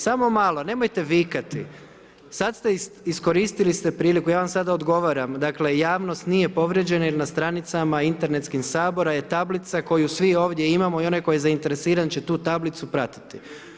Samo malo, nemojte vikati, sada ste iskoristili ste priliku, ja vam sada odgovaram, dakle, javnost nije proviđena jer na stranicama internetskim sabora je tablica, koju svi ovdje imamo i onaj tko je zainteresiran će tu tablicu pratiti.